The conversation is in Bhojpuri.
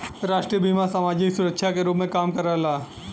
राष्ट्रीय बीमा समाजिक सुरक्षा के रूप में काम करला